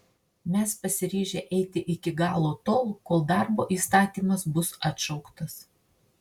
mes pasiryžę eiti iki galo tol kol darbo įstatymas bus atšauktas